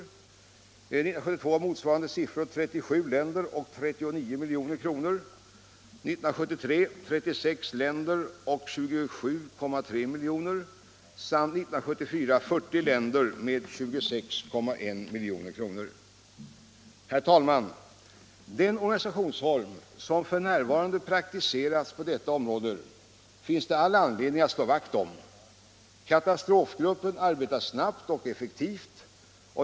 För 1972 var motsvarande siffror 37 länder och 39 milj.kr., för 1973 36 länder och 27,3 miljoner samt för 1974 40 länder och 26,1 milj.kr. Herr talman! Den organisationsform som f. n. praktiseras på detta område finns det all anledning att slå vakt om. Katastrofgruppen arbetar snabbt och effektivt.